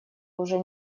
уже